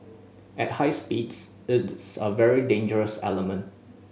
at high speeds it is a very dangerous element